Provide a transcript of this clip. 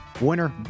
Winner